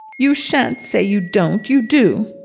you shan't say you don't. you do!